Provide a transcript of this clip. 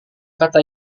kata